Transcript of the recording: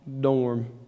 dorm